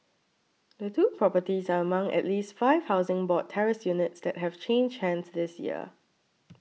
the two properties are among at least five Housing Board terraced units that have changed hands this year